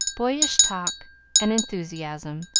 boyish talk and enthusiasm,